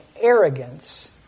arrogance